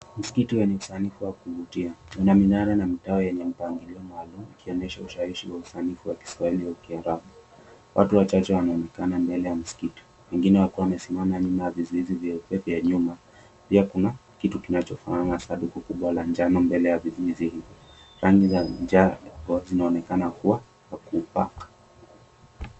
Msikiti wenye usanifu wa kuvutia una minara na mtawa yenye mpangilio maalum ikionyesha ushawishi wa usanifu wa kiswahili wa kiarabu. Watu wachache wanaonekana mbele ya msikiti wengine wakiwa wamesimama nyuma ya vizuizi vyeupe vya nyuma. Pia kuna kitu kinachofanana na sanduku kubwa la njano mbele ya vizuizi rangi ya njano amabazo zinaonekana kuwa pakupak.